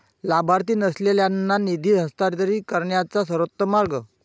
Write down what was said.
लाभार्थी नसलेल्यांना निधी हस्तांतरित करण्याचा सर्वोत्तम मार्ग